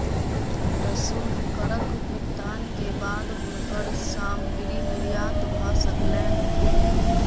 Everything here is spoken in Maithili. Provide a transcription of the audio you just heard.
प्रशुल्क करक भुगतान के बाद हुनकर सामग्री निर्यात भ सकलैन